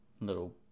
little